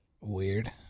Weird